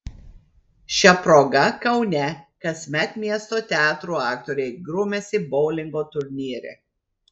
šia proga kaune kasmet miesto teatrų aktoriai grumiasi boulingo turnyre